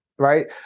right